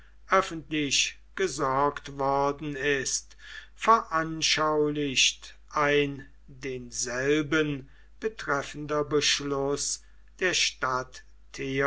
öffentlich gesorgt worden ist veranschaulicht ein denselben betreffender beschluß der stadt